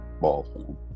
ball